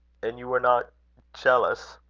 and you were not jealous?